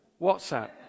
WhatsApp